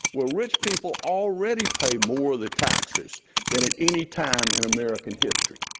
well rich people already pay more of the taxes than at any time in american history.